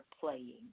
playing